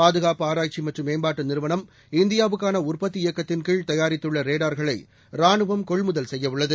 பாதுகாப்பு ஆராய்ச்சி மற்றும் மேம்பாட்டு நிறுவனம் இந்தியாவுக்கான உற்பத்தி இயக்கத்தின்கீழ் தயாரித்துள்ள ரேடார்களை ராணுவம் கொள்முதல் செய்யவுள்ளது